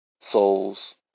Souls